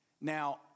Now